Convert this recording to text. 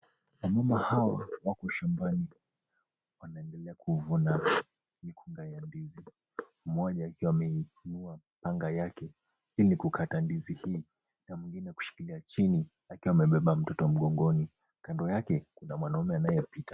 Wamama hawa wako shambani wanaendelea kuvuna mikunga ya ndizi mmoja akiwa ameinua panga lake ili kukata ndizi hii na mwengine kushikilia chini akiwa amebeba mtoto mgongoni kando yake kuna mwanaume anayepita.